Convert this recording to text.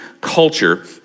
culture